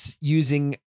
using